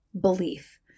belief